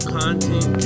content